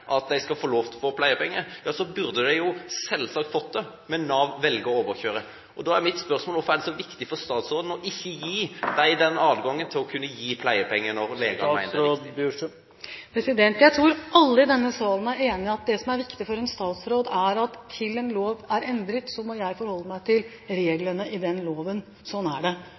at de skal få lov til å få pleiepenger, burde de selvsagt fått det, men Nav velger å overkjøre. Da er mitt spørsmål: Hvorfor er det så viktig for statsråden ikke å gi dem den adgangen til å kunne gi pleiepenger når legene mener det er riktig? Jeg tror alle i denne salen er enig i at det som er viktig for en statsråd, er at til en lov er endret, må jeg forholde meg til reglene i den loven. Sånn er det,